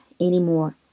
anymore